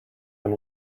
when